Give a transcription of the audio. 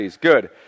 good